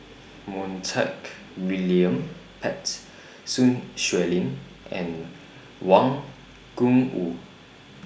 Montague William Pett Sun Xueling and Wang Gungwu